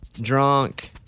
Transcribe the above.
Drunk